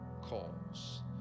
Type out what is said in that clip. calls